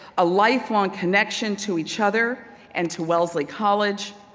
a lifelong connection to each other and to wellesley college.